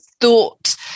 thought